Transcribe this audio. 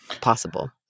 possible